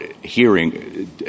hearing